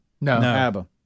No